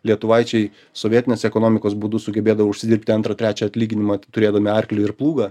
lietuvaičiai sovietinės ekonomikos būdu sugebėdavo užsidirbti antrą trečią atlyginimą turėdami arklį ir plūgą